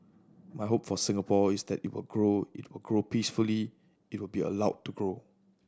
my hope for Singapore is that it will grow it will grow peacefully it will be allowed to grow